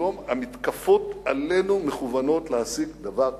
היום המתקפות עלינו מכוונות להשיג דבר אחד,